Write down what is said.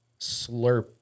slurp